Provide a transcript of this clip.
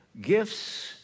gifts